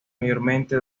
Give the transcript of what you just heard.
mayormente